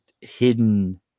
hidden